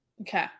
Okay